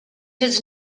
his